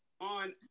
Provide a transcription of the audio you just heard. on